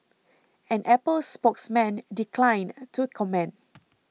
an Apple spokesman declined to comment